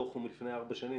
הדוח הוא מלפני ארבע שנים,